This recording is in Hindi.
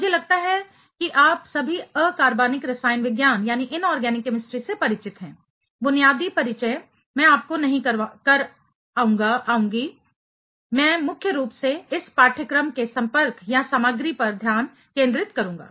मुझे लगता है कि आप सभी अकार्बनिक रसायन विज्ञान से परिचित है बुनियादी परिचय मैं आपको नहीं कर आऊंगी मैं मुख्य रूप से इस पाठ्यक्रम के संपर्क या सामग्री पर ध्यान केंद्रित करूंगा